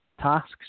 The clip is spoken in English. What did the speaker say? tasks